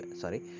sorry